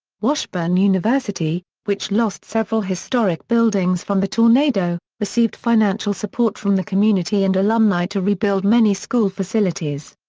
washburn university, which lost several historic buildings from the tornado, received financial support from the community and alumni to rebuild many school facilities.